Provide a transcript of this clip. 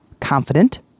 confident